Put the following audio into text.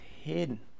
hidden